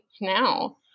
now